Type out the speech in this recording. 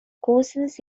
courses